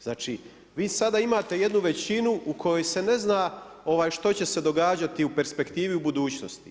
Znači vi sada imate jednu većinu, u kojoj se ne zna što će se događati u perspektivi u budućnosti.